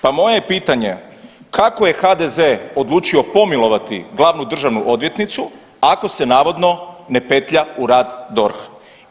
Pa moje je pitanje, kako je HDZ odlučio pomilovati glavnu državnu odvjetnicu ako se navodno ne petlja u rad DORH-a?